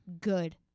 good